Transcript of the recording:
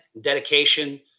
dedication